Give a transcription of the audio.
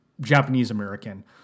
Japanese-American